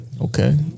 Okay